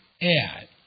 Ai